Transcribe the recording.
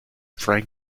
frank